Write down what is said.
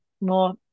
more